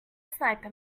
sniper